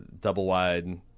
double-wide